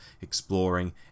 exploring